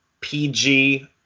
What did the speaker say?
PG